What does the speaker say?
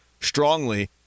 strongly